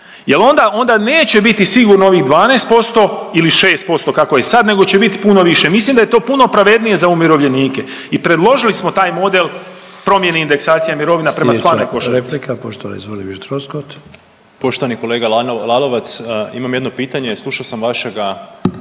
jel onda neće biti sigurno ovih 12% ili 6% kako je sad nego će bit puno više. Mislim da je to puno pravednije za umirovljenike i predložili smo taj model promjene indekasacija mirovina prema stvarnoj košarici. **Sanader, Ante (HDZ)** Sljedeća replika